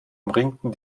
umringten